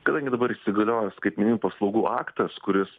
kadangi dabar įsigaliojo skaitmeninių paslaugų aktas kuris